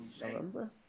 November